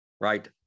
right